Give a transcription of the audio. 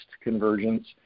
convergence